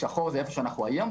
בשחור זה איפה שאנו היום.